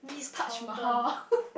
Taj-Mahal